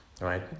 right